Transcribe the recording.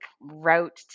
route